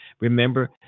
remember